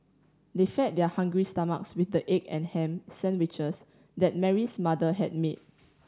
they fed their hungry stomachs with the egg and ham sandwiches that Mary's mother had made